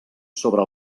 sobre